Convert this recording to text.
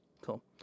Cool